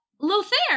Lothair